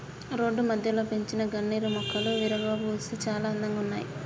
road మధ్యలో పెంచిన గన్నేరు మొక్కలు విరగబూసి చాలా అందంగా ఉన్నాయి